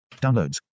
Downloads